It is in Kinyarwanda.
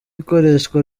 ikoreshwa